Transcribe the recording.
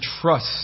trust